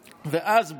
ואז,